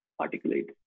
articulate